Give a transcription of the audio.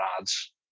odds